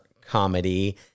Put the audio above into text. comedy